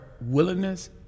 willingness